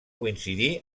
coincidir